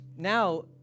Now